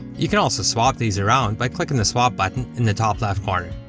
you can also swap these around, by clicking the swap button in the top left corner.